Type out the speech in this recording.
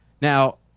Now